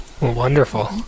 Wonderful